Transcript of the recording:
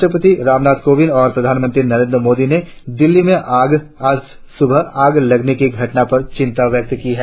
राष्ट्रपति रामनाथ कोविंद और प्रधानमंत्री नरेंद्र मोदी ने दिल्ली में आज सुबह आग लगने की घटना पर चिंता व्यक्त की है